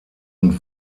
und